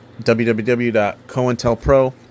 www.cointelpro